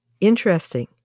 interesting